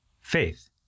Faith